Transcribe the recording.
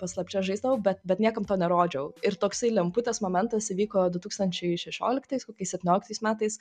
paslapčia žaisdavau bet bet niekam to nerodžiau ir toksai lemputės momentas įvyko du tūkstančiai šešioliktais kokiais septynioliktais metais